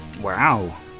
Wow